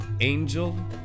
angel